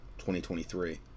2023